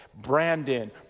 Brandon